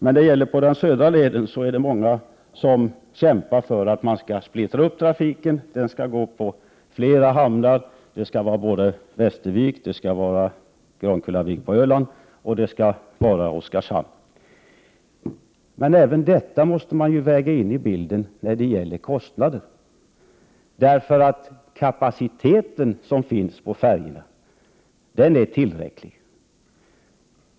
När det gäller den södra delen är det många som kämpar för att man skall splittra upp trafiken. Man talar för flera hamnar, Västervik, Grönkullavik på Öland och Oskarshamn. Men även detta måste man väga in i kostnadsbilden. Den kapacitet färjorna har är tillräcklig.